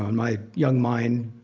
and my young mind,